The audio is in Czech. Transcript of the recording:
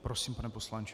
Prosím, pane poslanče.